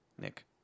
Nick